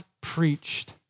preached